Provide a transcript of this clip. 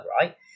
right